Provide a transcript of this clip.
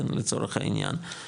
לצורך העניין,